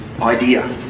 idea